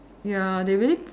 ya they really